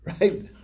Right